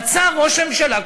רצה ראש הממשלה,